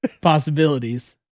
possibilities